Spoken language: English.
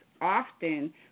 often